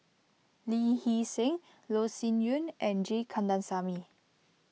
Lee Hee Seng Loh Sin Yun and G Kandasamy